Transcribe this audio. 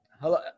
Hello